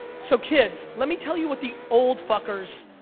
so kids, let me tell you what the old fuckers.